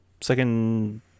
Second